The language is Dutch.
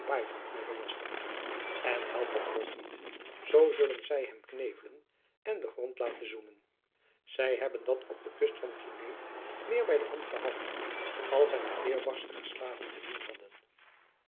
meê belasten en helpt dat nog niet zoo zullen zy hem knevelen en den grond laten zoenen zy hebben dat op de kust van guinee meer by de hand gehad als zy met weêrbarstige slaven te doen hadden